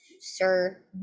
Sir